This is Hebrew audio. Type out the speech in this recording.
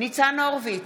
ניצן הורוביץ,